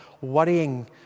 worrying